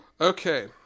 Okay